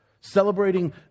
celebrating